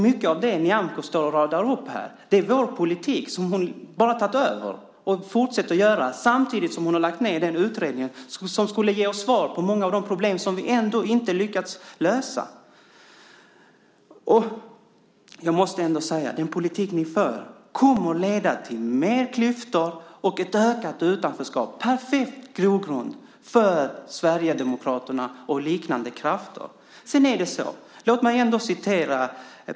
Mycket av det som Nyamko radar upp är vår politik som hon bara har tagit över. Samtidigt har hon lagt ned den utredning som skulle ge oss svar på många av de problem som vi ändå inte lyckats lösa. Den politik ni för kommer att leda till mer klyftor och ett ökat utanförskap. Det är en perfekt grogrund för Sverigedemokraterna och liknande krafter.